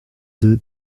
deux